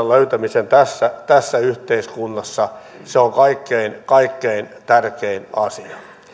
löytäminen tässä tässä yhteiskunnassa on kaikkein kaikkein tärkein asia